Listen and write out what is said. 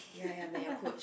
ya ya may I coach